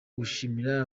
gushimira